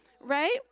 right